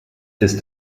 ist